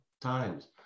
times